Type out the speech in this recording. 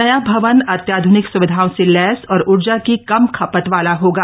नया भवन अत्याध्निक सुविधाओं से लैस और ऊर्जा की कम खपत वाला होगा